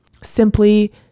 simply